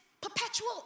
perpetual